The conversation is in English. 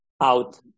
out